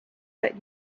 let